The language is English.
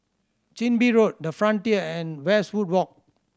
Chin Bee Road The Frontier and Westwood Walk